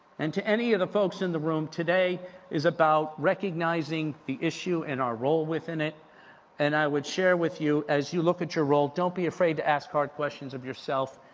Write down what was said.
and, to any of the folks in the room, today is about recognizing the issue and our role within it and i would share with you, as you look at your role, don't be afraid to ask hard questions of yourself,